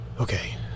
Okay